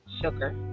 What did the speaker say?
sugar